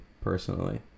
personally